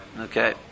okay